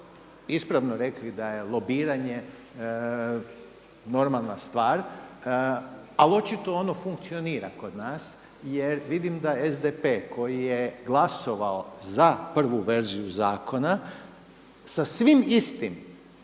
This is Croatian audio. ispravno rekli da je lobiranje normalna stvar, ali očito ono funkcionira kod nas jer vidim da SDP koji je glasovao za prvu verziju zakona sa svim istim